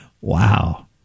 Wow